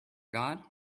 god